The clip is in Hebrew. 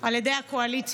על ידי הקואליציה,